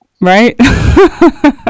Right